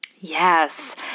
Yes